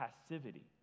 passivity